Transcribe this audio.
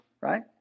right